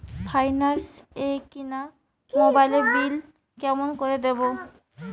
Finance এ কিনা মোবাইলের বিল কেমন করে দিবো?